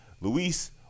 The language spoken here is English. Luis